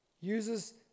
uses